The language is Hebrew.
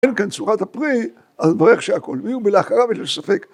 ‫אין כאן צורת הפרי, אז נברך שהכול. ‫מיהו בלאחריו יש ספק.